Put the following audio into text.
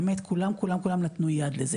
באמת כולם כולם כולם נתנו יד לזה.